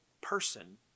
person